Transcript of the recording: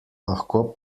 lahko